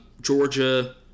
Georgia